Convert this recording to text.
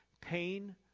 Pain